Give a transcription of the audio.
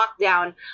lockdown